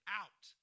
out